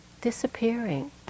disappearing